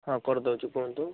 ହଁ କରିଦଉଛି କୁହନ୍ତୁ